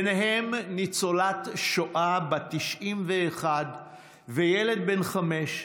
ובהם ניצולת שואה בת 91 וילד בן חמש,